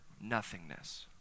nothingness